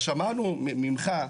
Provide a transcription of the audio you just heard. שמענו ממך,